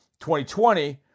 2020